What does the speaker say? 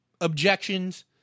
objections